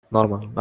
Normal